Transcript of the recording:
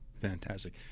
Fantastic